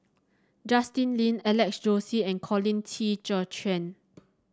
Justin Lean Alex Josey and Colin Qi Zhe Quan